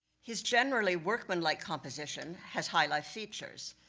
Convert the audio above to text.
his generally workman like composition has high life features.